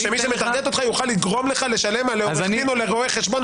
כשמי שמטרגט אותך יוכל לגרום לך לשלם לעורך דין או לרואה חשבון,